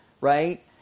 Right